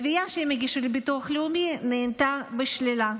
התביעה שהם הגישו לביטוח לאומי נענתה בשלילה,